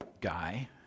guy